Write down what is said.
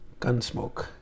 Gunsmoke